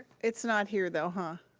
it's not here, though, huh?